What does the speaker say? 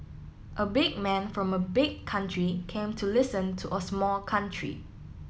a big man from a big country came to listen to a small country